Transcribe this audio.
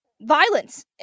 violence